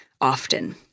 often